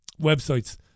websites